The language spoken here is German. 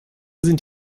sind